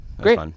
great